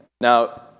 Now